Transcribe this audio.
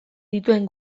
dituen